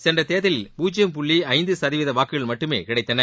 சென்ற தேர்தலில் பூஜ்யம் புள்ளி ஐந்து சதவீத வாக்குகள் மட்டுமே கிடைத்தன